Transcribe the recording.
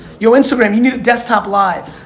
you instagram you need a desktop live.